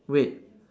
wait